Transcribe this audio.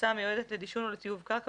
בוצה המיועדת לדישון או לטיוב קרקע,